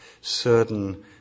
certain